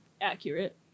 accurate